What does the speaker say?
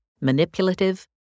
manipulative